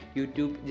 YouTube